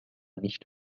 nicht